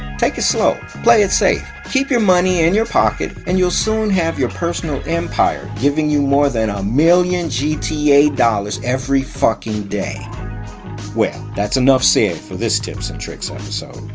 take it slow, play it safe, keep your money in your pocket and you'll soon have your personal empire giving you more than a million gta dollars every effin day well that's'nuff said for this tips and tricks sort of so